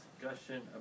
discussion